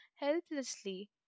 Helplessly